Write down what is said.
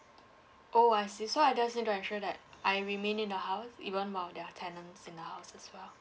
oh I see so I just need to ensure that I remain in the house even while there are tenants in the house as well